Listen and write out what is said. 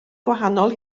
gwahanol